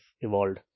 evolved